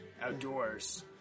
outdoors